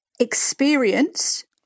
experienced